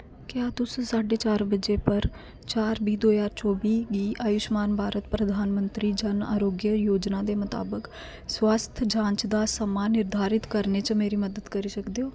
क्या तुस साढे चार बजे पर चार बीह् दो ज्हार चौबी गी आयुश्मान भारत प्रधान मंत्री जन आरोग्य योजना दे मताबक स्वास्थ जांच दा समां निर्धारत करने च मेरी मदद करी सकदे ओ